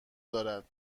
دارد